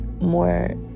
more